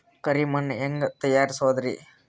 ಕರಿ ಮಣ್ ಹೆಂಗ್ ತಯಾರಸೋದರಿ?